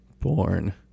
born